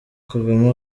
kagame